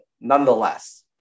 nonetheless